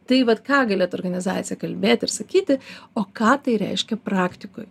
tai vat ką galėtų organizacija kalbėti ir sakyti o ką tai reiškia praktikoj